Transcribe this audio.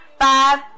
five